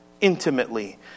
intimately